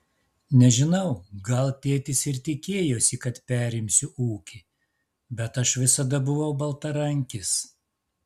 nežinau gal tėtis ir tikėjosi kad perimsiu ūkį bet aš visada buvau baltarankis